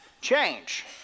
change